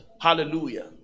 Hallelujah